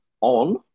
on